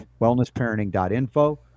Wellnessparenting.info